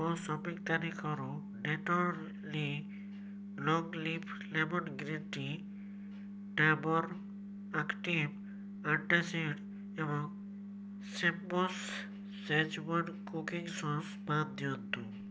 ମୋ ସପିଂ ତାଲିକାରୁ Tetley long leaf lemon green tea Dabur active antacid ଏବଂ ଶେଫ୍ବସ୍ ସେଜୱାନ୍ କୁକିଂ ସସ୍ ବାଦ ଦିଅନ୍ତୁ